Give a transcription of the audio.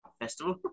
festival